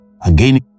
Again